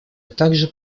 также